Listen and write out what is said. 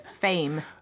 fame